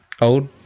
old